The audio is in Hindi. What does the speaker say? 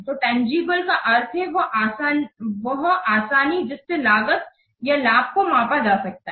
तो तंजीबले का अर्थ है वह आसानी जिससे लागत या लाभ को मापा जा सकता है